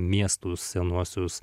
miestus senuosius